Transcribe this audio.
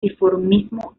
dimorfismo